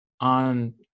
on